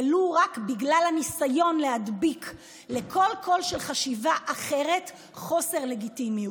ולו רק בגלל הניסיון להדביק לכל קול של חשיבה אחרת חוסר לגיטימיות.